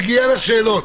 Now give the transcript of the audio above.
זה הגיוני.